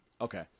Okay